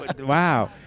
wow